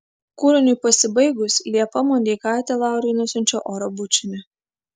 kūriniui pasibaigus liepa mondeikaitė lauriui nusiunčia oro bučinį